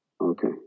okay